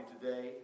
today